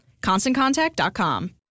ConstantContact.com